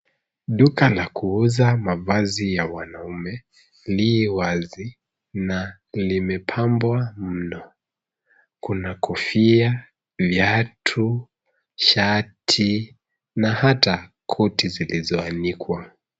Duka la kuuza mavazi ya wanaume li wazi, na limepambwa mno. Kuna kofia, viatu, shati na hata koti zilizoanikwa.